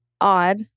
odd